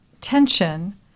tension